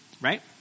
right